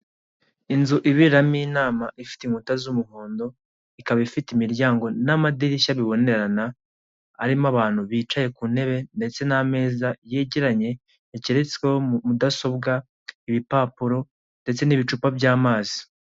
Inzu iberemo inama ifite inkuta z'umuhondo, ikaba ifite imiryango n'amadirishya bibonerana, harimo abantu bicaye ku ntebe ndetse n'ameza yegeranye hageretsweho mudasobwa, ibipapuro ndetse n'ibicuta by'amazi.